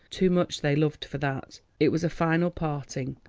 too much they loved for that. it was a final parting,